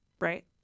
right